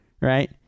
right